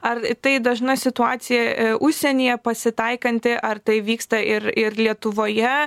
ar tai dažna situacija užsienyje pasitaikanti ar tai vyksta ir ir lietuvoje